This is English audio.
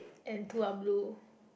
and two are blue